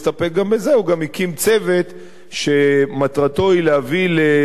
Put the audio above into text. הוא גם הקים צוות שמטרתו להביא לידי ביצוע